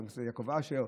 חבר הכנסת יעקב אשר,